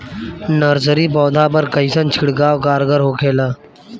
Nursery पौधा पर कइसन छिड़काव कारगर होखेला?